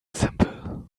simple